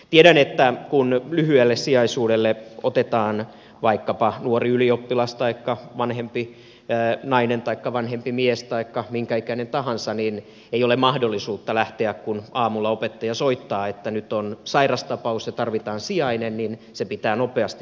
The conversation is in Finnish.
tiedän että kun lyhyelle sijaisuudelle otetaan vaikkapa nuori ylioppilas taikka vanhempi nainen taikka vanhempi mies taikka minkä ikäinen tahansa ei ole mahdollisuutta lähteä kun aamulla opettaja soittaa että nyt on sairastapaus ja tarvitaan sijainen se pitää nopeasti löytyä